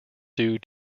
due